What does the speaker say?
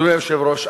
אדוני היושב-ראש,